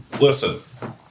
Listen